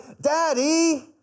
daddy